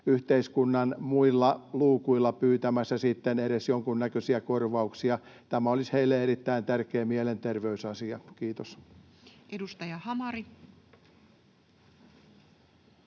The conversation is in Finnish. yhteiskunnan muilla luukuilla pyytämässä edes jonkunnäköisiä korvauksia. Tämä olisi heille erittäin tärkeä mielenterveysasia. — Kiitos. [Speech 144]